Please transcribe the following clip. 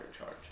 charge